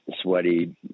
sweaty